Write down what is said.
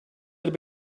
had